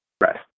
Right